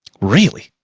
really?